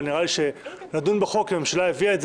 אבל נראה לי שאם הממשלה הביאה את זה,